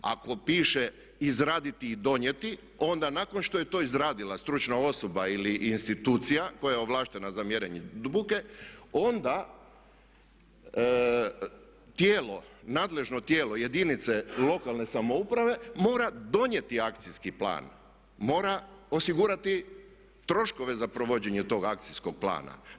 Ako piše izraditi i donijeti onda nakon što je to izradila stručna osoba ili institucija koja je ovlaštena za mjerenje buke onda nadležno tijelo jedinice lokalne samouprave mora donijeti akcijski plan, mora osigurati troškove za provođenje tog akcijskog plana.